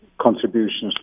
contributions